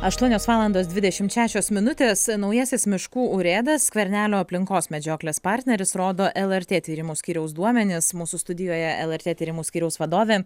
aštuonios valandos dvidešimt šešios minutės naujasis miškų urėdas skvernelio aplinkos medžioklės partneris rodo lrt tyrimų skyriaus duomenys mūsų studijoje lrt tyrimų skyriaus vadovė